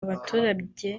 baturage